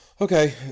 Okay